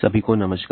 सभी को नमस्कार